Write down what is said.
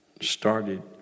started